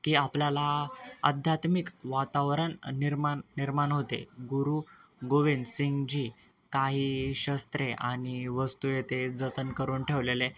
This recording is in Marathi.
की आपल्याला अध्यात्मिक वातावरण निर्माण निर्माण होते गुरु गोविंद सिंग जी काही शस्त्रे आणि वस्तू येथे जतन करून ठेवलेले